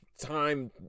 time